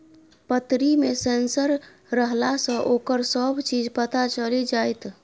पतरी मे सेंसर रहलासँ ओकर सभ चीज पता चलि जाएत